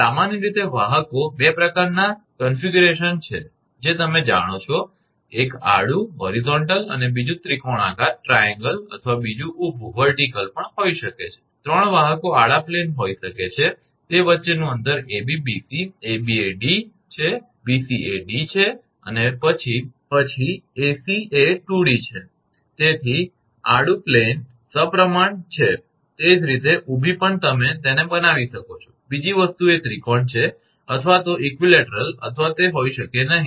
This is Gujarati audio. સામાન્ય રીતે વાહકો 2 પ્રકારનાં રૂપરેખાંકનગોઠવણીની પદ્ધતિ છે જે તમે જાણો છો અને એક આડું છે બીજું ત્રિકોણાકાર અથવા બીજું ઊભું પણ હોઈ શકે છે ત્રણ વાહકો આડા પ્લેન હોઇ શકે છે તે વચ્ચેનું અંતર 𝐴𝐵 𝐵𝐶 𝐴𝐵 એ 𝐷 છે 𝐵𝐶 એ 𝐷 છે પછી 𝐴𝐶 એ 2𝐷 હશે તેથી આડું પ્લેન સપ્રમાણ તે જ રીતે ઊભી પણ તમે તેને બનાવી શકો છો બીજી વસ્તુ એ ત્રિકોણ છે અથવા તો સમકક્ષ અથવા તે હોઈ શકે નહીં